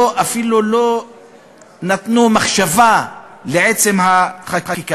אפילו לא נתנו מחשבה על עצם החקיקה.